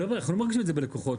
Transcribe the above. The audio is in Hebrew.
אנחנו לא מרגישים את זה בלקוחות.